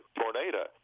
tornado